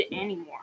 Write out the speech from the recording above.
anymore